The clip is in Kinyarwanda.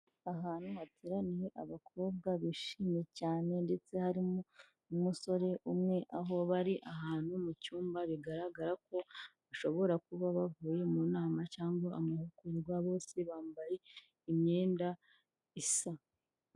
Ahantu hateraniye abakobwa bishimye cyane ndetse harimo n'umusore umwe aho bari ahantu mu cyumba bigaragara ko bashobora kuba bavuye mu nama cyangwa amahugurwa bose bambaye imyenda isa.